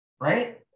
right